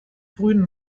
frühen